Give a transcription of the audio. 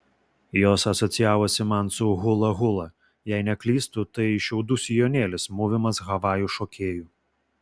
jos asocijavosi man su hula hula jei neklystu tai šiaudų sijonėlis mūvimas havajų šokėjų